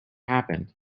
happened